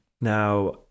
Now